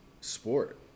sport